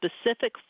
specific